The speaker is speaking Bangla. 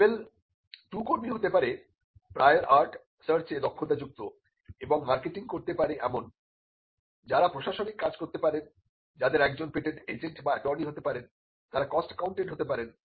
লেভেল 2 কর্মী হতে পারে প্রায়র আর্ট সার্চে দক্ষতাযুক্ত এবং মার্কেটিং করতে পারে এমন যারা প্রশাসনিক কাজ করতে পারেন যাদের একজন পেটেন্ট এজেন্ট বা অ্যাটর্নি হতে পারেন তারা কস্ট অ্যাকাউন্টেন্ট হতে পারেন